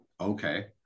Okay